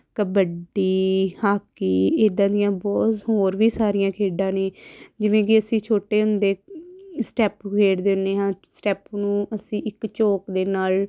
kabaddi hockey ਇੱਦਾਂ ਦੀਆਂ ਬਹੁਤ ਹੋਰ ਵੀ ਸਾਰੀਆਂ ਖੇਡਾਂ ਨੇ ਜਿਵੇਂ ਕਿ ਅਸੀਂ ਛੋਟੇ ਹੁੰਦੇ ਸਟੈਪੂ ਖੇਡਦੇ ਹੁੰਦੇ ਹਾਂ ਸਟੈਪੂ ਨੂੰ ਅਸੀਂ ਇੱਕ ਚੋਕ ਦੇ ਨਾਲ